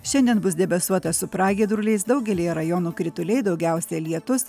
šiandien bus debesuota su pragiedruliais daugelyje rajonų krituliai daugiausiai lietus